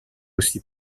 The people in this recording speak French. aussi